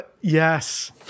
Yes